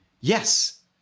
Yes